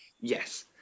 Yes